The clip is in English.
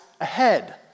ahead